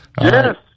Yes